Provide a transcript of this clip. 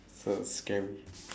so scary